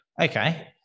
Okay